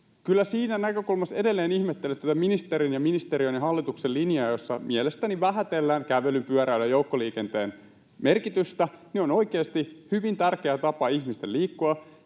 Kyllä siinä näkökulmassa edelleen ihmettelen tätä ministerin ja ministeriön ja hallituksen linjaa, jossa mielestäni vähätellään kävelyn, pyöräilyn ja joukkoliikenteen merkitystä. Ne ovat oikeasti hyvin tärkeitä tapoja ihmisille liikkua.